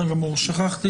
חברותיי ממשרד המשפטים,